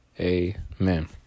Amen